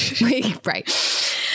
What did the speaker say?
Right